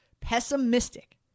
Pessimistic